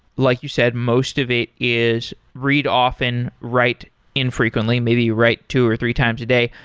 like you said, most of it is read often, write infrequently. maybe you write two or three times a day.